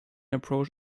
approach